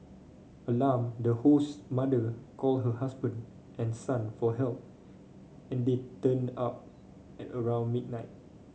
alarmed the host's mother called her husband and son for help and they turned up at around midnight